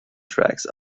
tracks